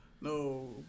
no